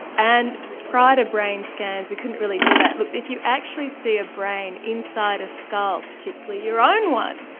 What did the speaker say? and prior to brain scans we couldn't really do that. look, if you actually see the ah brain inside a skull, particularly your own one,